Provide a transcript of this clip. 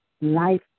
life